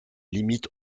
limites